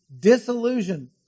disillusion